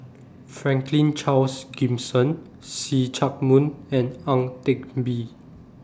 Franklin Charles Gimson See Chak Mun and Ang Teck Bee